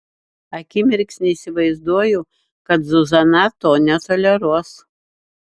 akimirksnį įsivaizduoju kad zuzana to netoleruos